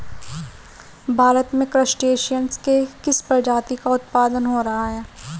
भारत में क्रस्टेशियंस के किस प्रजाति का उत्पादन हो रहा है?